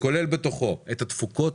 עשיתם את תפקידכם.